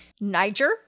Niger